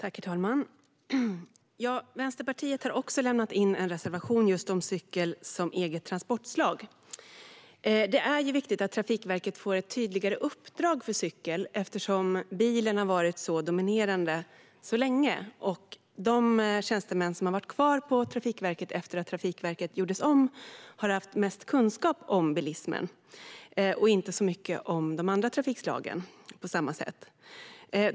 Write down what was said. Herr talman! Vänsterpartiet har också lämnat in en reservation just om cykel som eget transportslag. Det är viktigt att Trafikverket får ett tydligare uppdrag för cykel eftersom bilen har varit dominerande så länge. De tjänstemän som har varit kvar på Trafikverket efter att Trafikverket gjordes om har haft mest kunskap om bilismen och inte så mycket om de andra trafikslagen.